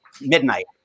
midnight